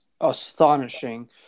astonishing